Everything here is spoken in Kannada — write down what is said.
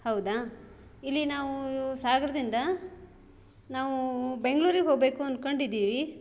ಹೌದಾ ಇಲ್ಲಿ ನಾವೂ ಸಾಗರದಿಂದ ನಾವೂ ಬೆಂಗ್ಳೂರಿಗೆ ಹೊಗಬೇಕು ಅನ್ಕೊಂಡಿದೀವಿ